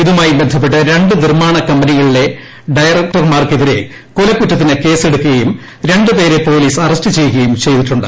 ഇതുമായി ബന്ധപ്പെട്ട് രണ്ട് നിർമ്മാണ കമ്പനികളിലെ ഡയറക്ടർമാർക്കെതിരെ കൊലക്കുറ്റത്തിന് കേസ് എടുക്കുകയും രണ്ട് പേരെ പോലീസ് അറസ്റ്റുചെയ്യുകയും ചെയ്തിട്ടുണ്ട്